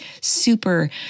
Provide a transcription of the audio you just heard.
super